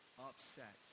upset